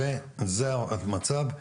שזה המצב.